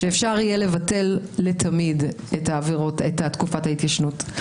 אפשר יהיה לבטל לתמיד את תקופת ההתיישנות.